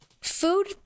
food